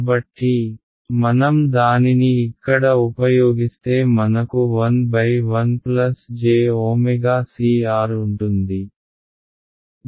కాబట్టి మనం దానిని ఇక్కడ ఉపయోగిస్తే మనకు 11 j ω c R ఉంటుంది